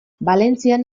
valentzian